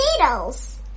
needles